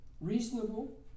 reasonable